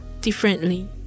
differently